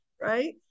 right